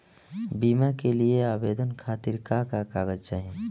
बीमा के लिए आवेदन खातिर का का कागज चाहि?